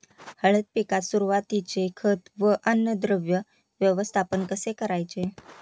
हळद पिकात सुरुवातीचे खत व अन्नद्रव्य व्यवस्थापन कसे करायचे?